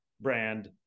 brand